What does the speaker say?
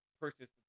purchase